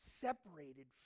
separated